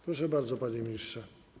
Proszę bardzo, panie ministrze.